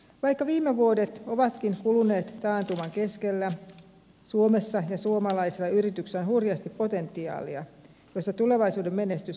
vaikka viime vuodet ovatkin kuluneet taantuman keskellä suomessa ja suomalaisilla yrityksillä on hurjasti potentiaalia josta tulevaisuuden menestys voi syntyä